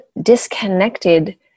disconnected